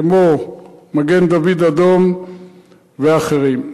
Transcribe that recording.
כמו מגן-דוד-אדום ואחרים.